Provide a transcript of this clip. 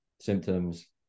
symptoms